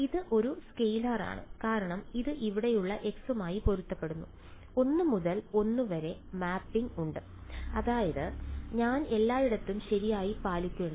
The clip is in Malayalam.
ഇത് ഒരു സ്കെയിലറാണ് കാരണം ഇത് ഇവിടെയുള്ള x മായി പൊരുത്തപ്പെടുന്നു ഒന്ന് മുതൽ ഒന്ന് വരെ മാപ്പിംഗ് ഉണ്ട് അതാണ് ഞാൻ എല്ലായിടത്തും ശരിയായി പരിപാലിക്കുന്നത്